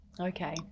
okay